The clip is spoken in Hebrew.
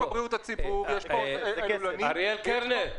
יש פה בריאות הציבור ויש פה --- חבר הכנסת קלנר,